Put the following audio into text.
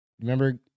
Remember